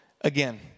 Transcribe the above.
again